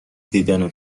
دیدنت